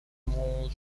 mall